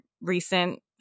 Recent